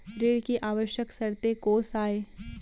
ऋण के आवश्यक शर्तें कोस आय?